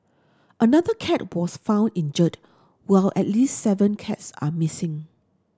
another cat was found injured while at least seven cats are missing